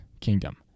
kingdom